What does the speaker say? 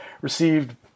received